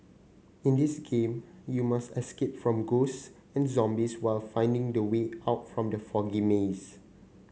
in this game you must escape from ghost and zombies while finding the way out from the foggy maze